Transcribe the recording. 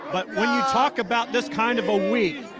but when you talk about this kind of a week,